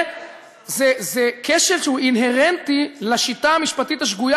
זה כשל שהוא אינהרנטי לשיטה המשפטית השגויה